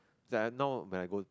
it's like now when I go